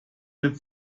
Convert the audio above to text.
mit